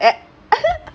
a~